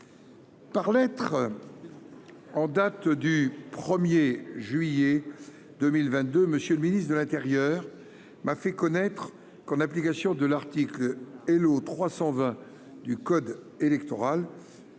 Par lettre en date du 1juillet 2022, M. le ministre de l'intérieur m'a fait connaître que, en application de l'article L.O. 320 du code électoral,